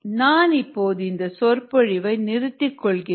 நான் இப்பொழுது இந்த சொற்பொழிவை நிறுத்திக் கொள்கிறேன்